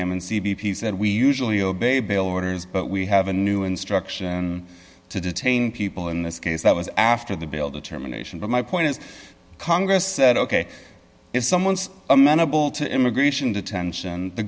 him and c b p said we usually obey bail orders but we have a new instruction to detain people in this case that was after the bill the termination but my point is congress said ok if someone's amenable to immigration detention the